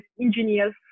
engineers